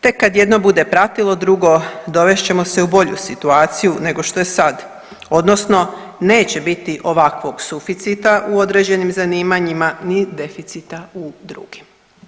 Tek kad jedno bude pratilo drugo dovest ćemo se u bolju situaciju nego što je sad odnosno neće biti ovakvog suficita u određenim zanimanjima, ni deficita u drugim.